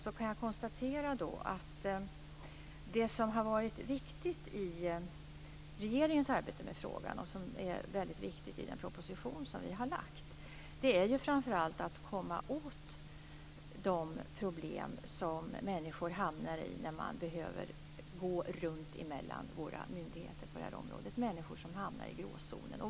Jag kan konstatera att det som har varit viktigt i regeringens arbete med frågan och som är viktigt i den proposition som vi har lagt fram är framför allt att komma åt de problem som människor hamnar i när man behöver gå runt bland våra myndigheter, dvs. människor som hamnar i gråzonen.